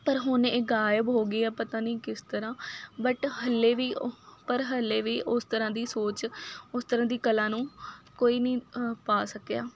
ਪਰ ਹੁਣ ਇਹ ਗਾਇਬ ਹੋ ਗਈ ਆ ਪਤਾ ਨਹੀਂ ਕਿਸ ਤਰ੍ਹਾਂ ਬਟ ਹਾਲੇ ਵੀ ਪਰ ਹਲੇ ਵੀ ਉਸ ਤਰ੍ਹਾਂ ਦੀ ਸੋਚ ਉਸ ਤਰ੍ਹਾਂ ਦੀ ਕਲਾ ਨੂੰ ਕੋਈ ਨਹੀਂ ਪਾ ਸਕਿਆ